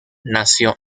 nació